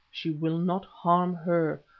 she will not harm her,